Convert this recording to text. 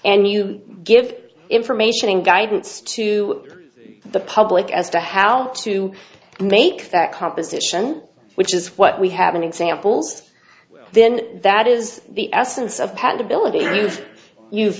and you give information and guidance to the public as to how to make that composition which is what we have in examples then that is the essence of patentability